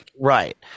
right